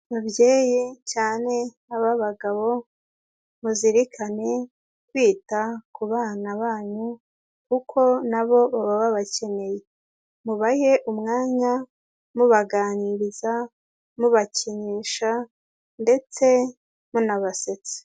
Babyeyi cyane ab'abagabo muzirikane kwita ku bana banyu kuko nabo baba babakeneye, mubahe umwanya mubaganiriza, mubakinisha ndetse munabasetsa.